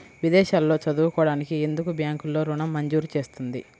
విదేశాల్లో చదువుకోవడానికి ఎందుకు బ్యాంక్లలో ఋణం మంజూరు చేస్తుంది?